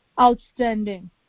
outstanding